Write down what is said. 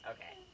Okay